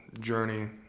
journey